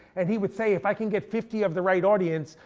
and he would say if i can get fifty of the right audience,